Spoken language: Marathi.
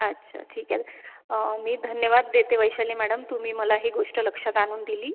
अच्छा ठीक आहे मी धन्यवाद देते वैशाली मॅडम तुम्ही मला ही गोष्ट लक्षात आणून दिली